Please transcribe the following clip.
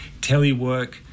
telework